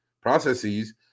processes